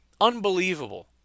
Unbelievable